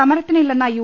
സമരത്തിനില്ലെന്ന U